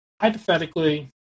hypothetically